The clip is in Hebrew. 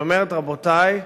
והיא אומרת: רבותי,